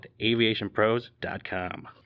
AviationPros.com